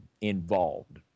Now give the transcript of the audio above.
involved